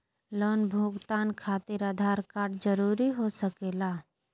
Loan भुगतान खातिर Aadhaar card जरूरी हो सके ला?